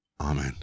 Amen